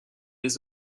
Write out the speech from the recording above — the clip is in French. les